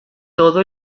todo